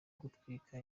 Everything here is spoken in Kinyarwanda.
gutwika